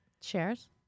Shares